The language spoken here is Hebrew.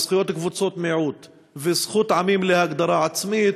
זכויות קבוצות מיעוט וזכות עמים להגדרה עצמית,